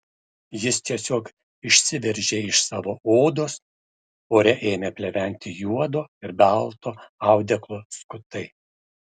jis tiesiog išsiveržė iš savo odos ore ėmė pleventi juodo ir balto audeklo skutai